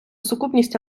сукупність